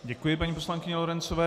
Děkuji paní poslankyni Lorencové.